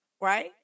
Right